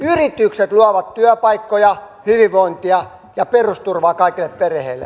yritykset luovat työpaikkoja hyvinvointia ja perusturvaa kaikille perheille